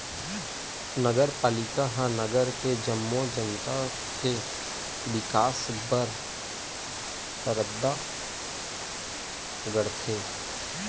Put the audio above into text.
नगरपालिका ह नगर के जम्मो जनता के बिकास बर रद्दा गढ़थे